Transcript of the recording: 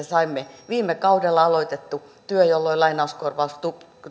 saimme viime kaudella jolloin lainauskorvaukset